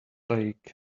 lake